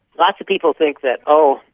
lots of people think that, oh,